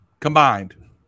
combined